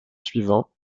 suivant